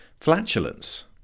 flatulence